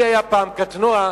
לי היה פעם קטנוע,